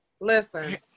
Listen